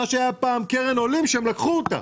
מה שהיה פעם קרן עולים שהם לקחו אותה.